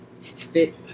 fit